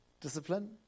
Discipline